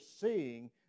seeing